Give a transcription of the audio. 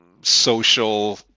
social